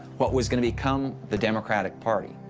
what was gonna become the democratic party,